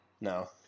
No